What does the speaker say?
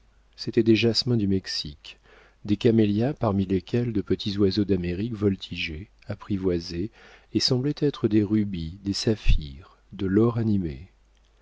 c'étaient des jasmins du mexique des camélias parmi lesquels de petits oiseaux d'amérique voltigeaient apprivoisés et semblaient être des rubis des saphirs de l'or